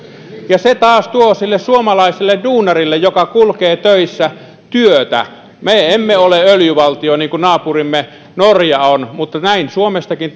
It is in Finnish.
ja se taas tuo työtä sille suomalaiselle duunarille joka kulkee töissä me emme ole öljyvaltio niin kuin naapurimme norja on mutta näin suomestakin